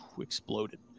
exploded